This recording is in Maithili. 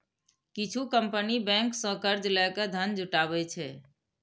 किछु कंपनी बैंक सं कर्ज लए के धन जुटाबै छै